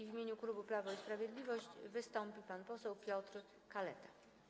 W imieniu klubu Prawo i Sprawiedliwość wystąpi pan poseł Piotr Kaleta.